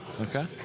Okay